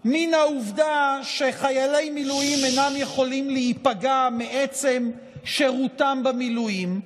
מן העובדה שחיילי מילואים אינם יכולים להיפגע מעצם שירותם במילואים.